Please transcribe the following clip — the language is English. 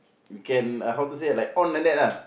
we can uh how to say like on like that lah